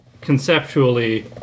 conceptually